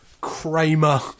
Kramer